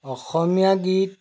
অসমীয়া গীত